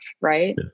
Right